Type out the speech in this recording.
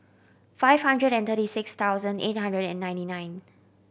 five hundred and thirty six thousand eight hundred and ninety nine